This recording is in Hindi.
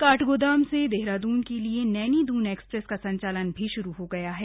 काठगोदाम से देहरादून के लिए नैनी दून एक्सप्रेस का संचालन भी श्रू हो गया है